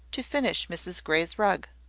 to finish mrs grey's rug.